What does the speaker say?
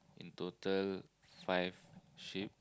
in total five sheep